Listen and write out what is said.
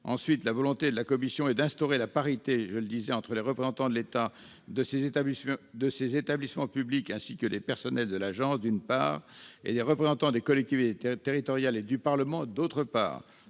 Ensuite la volonté de la commission est d'instaurer la parité, comme je l'ai déjà dit, entre les représentants de l'État, de ses établissements publics, ainsi que les personnels de l'agence, d'une part, et les représentants des collectivités territoriales et du Parlement, d'autre part.